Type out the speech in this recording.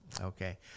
okay